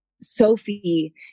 Sophie